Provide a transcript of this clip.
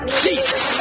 jesus